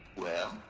well,